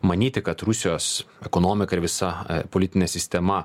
manyti kad rusijos ekonomika ir visa politinė sistema